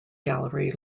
gallery